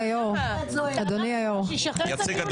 אדוני היו"ר,